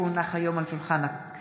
כי הונח היום על שולחן הכנסת,